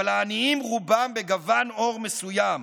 אבל העניים רובם בגוון עור מסוים,